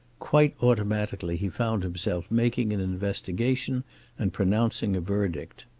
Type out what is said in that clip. quite automatically he found himself making an investigation and pronouncing a verdict.